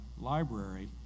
library